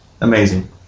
Amazing